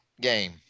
game